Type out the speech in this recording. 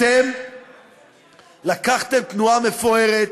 אתם לקחתם תנועה מפוארת,